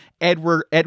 Edward